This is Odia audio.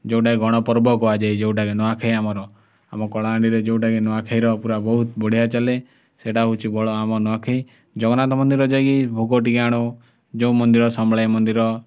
ଯେଉଁଟାକି ଗଣପର୍ବ କୁହାଯାଏ ଯେଉଁଟାକି ନୂଆଖାଇ ଆମର ଆମ କଳାହାଣ୍ଡିରେ କେଉଁଟାକି ନୂଆଖାଇର ପୁରା ବହୁତ ବଢ଼ିଆ ଚାଲେ ସେଇଟା ହେଉଛି ବଳ ଆମ ନୂଆଖାଇ ଜଗନ୍ନାଥ ମନ୍ଦିର ଯାଇକି ଭୋଗ ଟିକେ ଆଣୁ ଯେଉଁ ମନ୍ଦିର ସମଲେଇ ମନ୍ଦିର